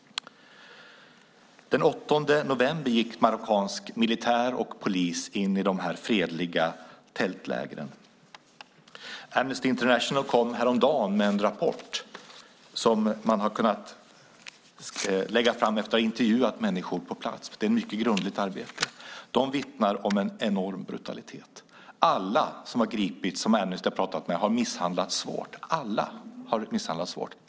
Den 8 november gick marockansk militär och polis in i de fredliga tältlägren. Amnesty International kom häromdagen med en rapport som de kunnat lägga fram efter att ha intervjuat människor på plats. Det är ett mycket grundligt arbete. Amnesty vittnar om enorm brutalitet. Alla som gripits och som Amnesty talat med har misshandlats svårt.